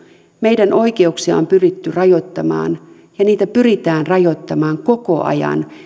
meidän oikeuksiamme on pyritty rajoittamaan ja niitä pyritään rajoittamaan koko ajan